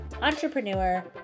entrepreneur